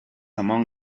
among